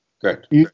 correct